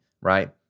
right